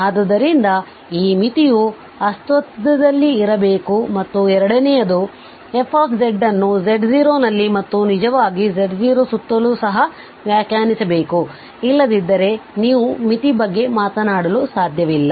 ಆದ್ದರಿಂದ ಈ ಮಿತಿಯು ಅಸ್ತಿತ್ವದಲ್ಲಿರಬೇಕು ಮತ್ತು ಎರಡನೆಯದು f ಅನ್ನು z0 ನಲ್ಲಿ ಮತ್ತು ನಿಜವಾಗಿ z0 ಸುತ್ತಲೂ ಸಹ ವ್ಯಾಖ್ಯಾನಿಸಬೇಕು ಇಲ್ಲದಿದ್ದರೆ ನೀವು ಮಿತಿ ಬಗ್ಗೆ ಮಾತನಾಡಲು ಸಾಧ್ಯವಿಲ್ಲ